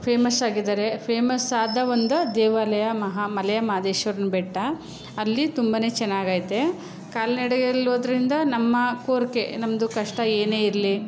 ಫೇಮಸ್ಸಾಗಿದ್ದಾರೆ famous ಆದ ಒಂದು ದೇವಾಲಯ ಮಹಾ ಮಲೆ ಮಹದೇಶ್ವರನ ಬೆಟ್ಟ ಅಲ್ಲಿ ತುಂಬನೇ ಚೆನ್ನಾಗೈತೆ ಕಾಲ್ನಡಿಗೆಲಿ ಹೋದದ್ರಿಂದ ನಮ್ಮ ಕೋರಿಕೆ ನಮ್ಮದು ಕಷ್ಟ ಏನೇ ಇರಲಿ